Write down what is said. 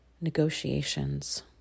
negotiations